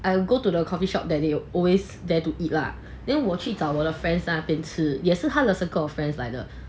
I will go to the coffeeshop that they always there to eat lah then 我去找我的 friends 在那边吃也是他的 circle of friends 来的